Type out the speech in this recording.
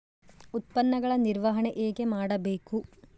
ಉತ್ಪನ್ನಗಳ ನಿರ್ವಹಣೆ ಹೇಗೆ ಮಾಡಬೇಕು?